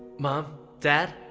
mom, dad,